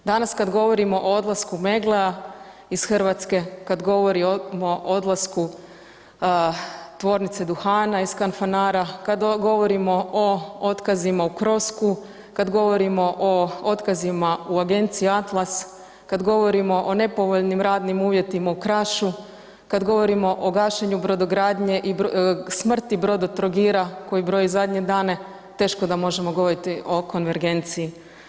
Danas kad govorimo o odlasku Megglea iz RH, kad govorimo o odlasku Tvornice duhana iz Kanfanara, kad govorimo o otkazima u Croscu, kad govorimo o otkazima u agenciji Atlas, kad govorimo o nepovoljnim radnim uvjetima u Krašu, kad govorimo o gašenju brodogradnje i smrti Brodotrogira koji broji zadnje dane, teško da možemo govoriti o konvergenciji.